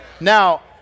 Now